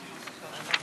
אתה?